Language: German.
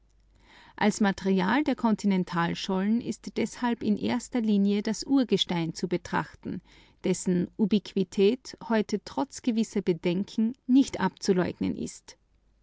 als material der kontinentalschollen ist deshalb in erster linie das urgestein hauptvertreter gneis zu betrachten dessen ubiquität heute trotz gewisser bedenken nicht abzuleugnen ist